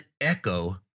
echo